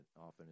often